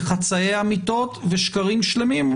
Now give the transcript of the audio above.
חצאי אמיתות ושקרים שלמים.